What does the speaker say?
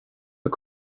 but